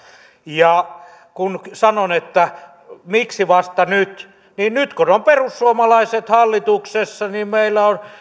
kun sanon että miksi vasta nyt niin nyt kun on perussuomalaiset hallituksessa meillä ovat